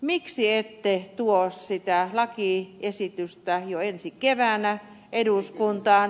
miksi ette tuo sitä lakiesitystä jo ensi keväänä eduskuntaan